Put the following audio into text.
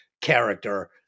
character